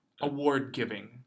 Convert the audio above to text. award-giving